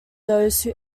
those